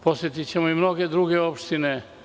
Posetićemo i mnoge druge opštine.